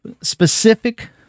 Specific